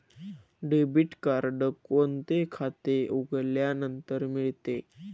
Debit card कोणते खाते उघडल्यानंतर मिळते?